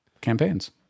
campaigns